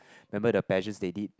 remember the pageants they did